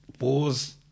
Wars